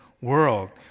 world